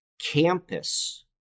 campus